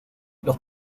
los